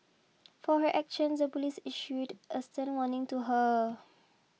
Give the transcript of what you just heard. for her actions the police issued a stern warning to her